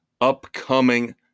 upcoming